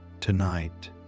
tonight